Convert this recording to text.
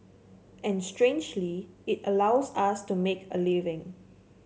and strangely it allows us to make a living